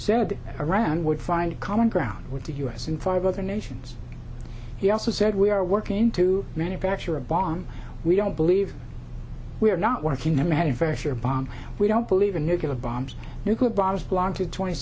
said around would find common ground with the u s and five other nations he also said we are working to manufacture a bomb we don't believe we are not working the manufacture bomb we don't believe in nuclear bombs nuclear bombs planted twenty